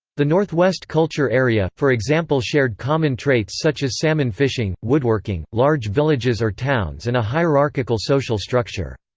the northwest culture area, for example shared common traits such as salmon fishing, woodworking, large villages or towns and a hierarchical social structure.